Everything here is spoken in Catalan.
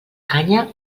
canya